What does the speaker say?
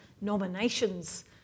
nominations